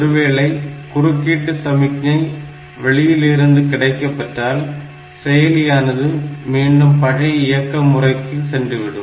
ஒருவேளை குறுக்கீட்டு சமிக்ஞை வெளியிலிருந்து கிடைக்கப்பெற்றால் செயலியானது மீண்டும் பழைய இயக்க முறைக்கு சென்றுவிடும்